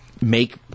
make